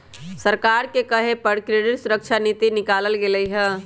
सरकारे के कहे पर क्रेडिट सुरक्षा नीति निकालल गेलई ह